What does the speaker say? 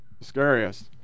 scariest